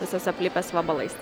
visas aplipęs vabalais